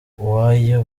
uwoya